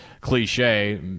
cliche